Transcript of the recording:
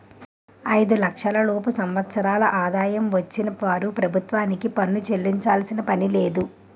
ఐదు లక్షల లోపు సంవత్సరాల ఆదాయం వచ్చిన వారు ప్రభుత్వానికి పన్ను చెల్లించాల్సిన పనిలేదు